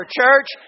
church